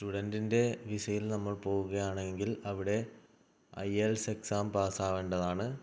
സ്റ്റുഡന്റിന്റെ വിസയിൽ നമ്മള് പോകുകയാണെങ്കിൽ അവിടെ ഐ എല് എസ് എക്സാം പാസാകേണ്ടതാണ്